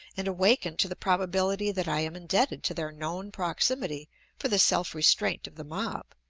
and awaken to the probability that i am indebted to their known proximity for the self-restraint of the mob,